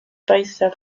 países